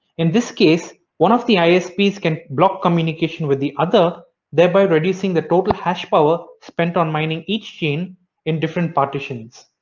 in this case one of the isps can block communication with the other thereby reducing the total hash power spent on mining each chain in different partitions.